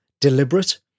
deliberate